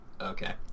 Okay